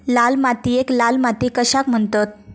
लाल मातीयेक लाल माती कशाक म्हणतत?